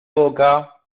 boca